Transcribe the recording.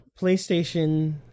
PlayStation